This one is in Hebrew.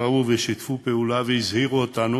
שבאו ושיתפו פעולה והזהירו אותנו,